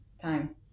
time